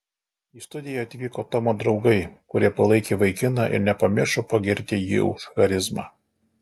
į studiją atvyko tomo draugai kurie palaikė vaikiną ir nepamiršo pagirti jį už charizmą